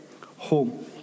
Home